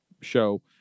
show